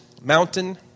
mountain